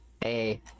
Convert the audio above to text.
hey